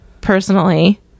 personally